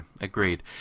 agreed